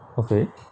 okay